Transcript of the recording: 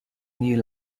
new